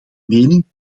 mening